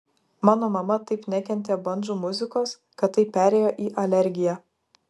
mano mama taip nekentė bandžų muzikos kad tai perėjo į alergiją